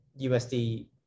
USD